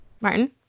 Martin